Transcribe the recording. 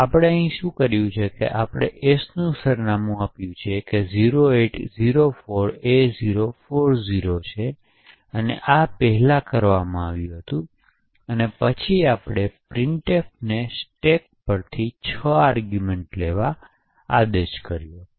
તોઆપણે અહીં શું કર્યું છે કે આપણે s નું સરનામું આપ્યું છે જે 0804a040 છે તેથી આ પહેલાં કરવામાં આવ્યું હતું અને પછી આપણે printfને સ્ટેક પર થી 6 આરગ્યૂમેંટ લેવા આદેશ કર્યો